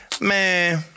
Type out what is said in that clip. man